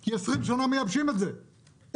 כי 20 שנה מייבשים את זה,